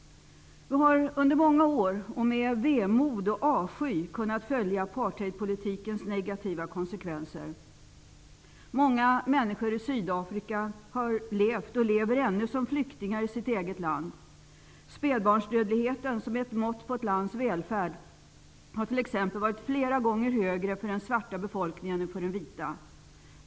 Vi har under många år med vemod och avsky kunnat följa apartheidpolitikens negativa konsekvenser. Många människor i Sydafrika har levt och lever ännu som flyktingar i sitt eget land. Spädbarnsdödligheten, som är ett mått på ett lands välfärd, har t.ex. varit flera gånger högre för den svarta befolkningen än för den vita.